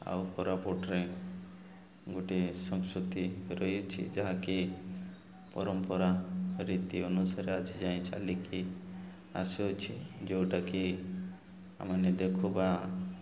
ଆଉ କୋରାପୁଟରେ ଗୋଟିଏ ସଂସ୍କୃତି ରହିଅଛି ଯାହାକି ପରମ୍ପରା ରୀତି ଅନୁସାରେ ଆଜି ଯାଇଁ ଚାଲିକି ଆସୁଅଛି ଯେଉଁଟାକି ଆମେ ମାନେ ଦେଖୁ ବା